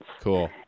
Cool